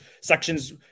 sections